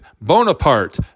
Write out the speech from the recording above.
Bonaparte